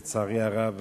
לצערי הרב,